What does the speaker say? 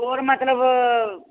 ਹੋਰ ਮਤਲਬ